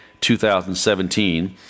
2017